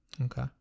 Okay